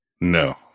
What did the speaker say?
No